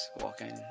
walking